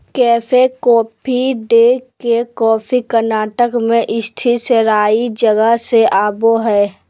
cafe Coffee Day के coffee Karnataka मे स्थित सेराई जगह से आवो हय